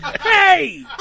hey